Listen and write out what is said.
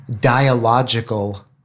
dialogical